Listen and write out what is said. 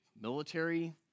military